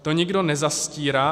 To nikdo nezastírá.